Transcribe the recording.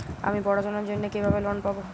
আমি পড়াশোনার জন্য কিভাবে লোন পাব?